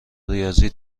ریاضی